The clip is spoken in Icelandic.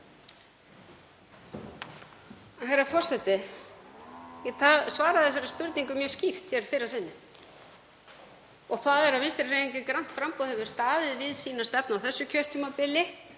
Herra forseti. Ég svaraði þessari spurningu mjög skýrt í fyrra sinnið og það er að Vinstrihreyfingin – grænt framboð hefur staðið við sína stefnu á þessu kjörtímabili